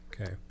Okay